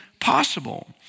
possible